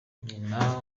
nyina